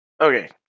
Okay